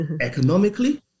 economically